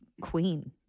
queen